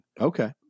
okay